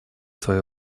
свое